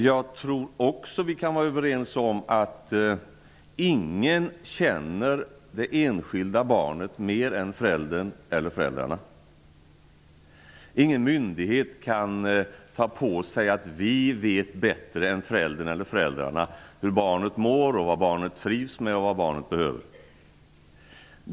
Jag tror också att vi kan vara överens om att ingen känner det enskilda barnet mer än föräldern eller föräldrarna. Ingen myndighet kan veta bättre än föräldern eller föräldrarna hur barnet mår, vad barnet trivs med och vad barnet behöver.